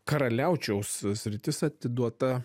karaliaučiaus sritis atiduota